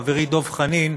חברי דב חנין,